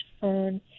fern